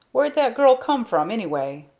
where'd that girl come from anyway?